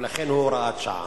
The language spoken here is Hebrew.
ולכן הוא הוראת שעה.